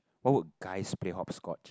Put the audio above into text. why would guys play hopscotch